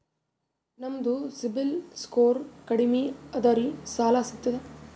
ನಮ್ದು ಸಿಬಿಲ್ ಸ್ಕೋರ್ ಕಡಿಮಿ ಅದರಿ ಸಾಲಾ ಸಿಗ್ತದ?